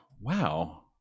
wow